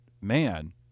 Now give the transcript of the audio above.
man